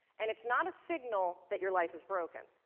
and it's not a signal that your life is broken.